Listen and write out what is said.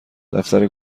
دفتر